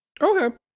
Okay